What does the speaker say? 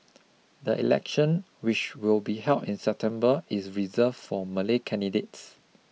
the election which will be held in September is reserved for Malay candidates